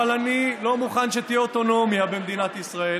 אבל אני לא מוכן שתהיה אוטונומיה במדינת ישראל